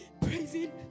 praising